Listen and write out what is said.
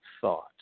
thought